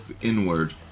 inward